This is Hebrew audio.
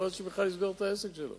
יכול להיות שבכלל הוא יסגור את העסק שלו.